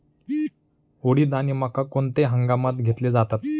उडीद आणि मका कोणत्या हंगामात घेतले जातात?